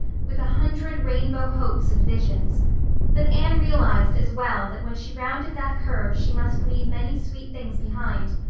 with a hundred rainbow hopes and visions but anne realized as well that when she rounded that curve she must leave many sweet things behind.